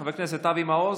חבר הכנסת אבי מעוז,